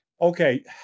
Okay